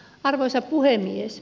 arvoisa puhemies